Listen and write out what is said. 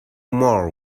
more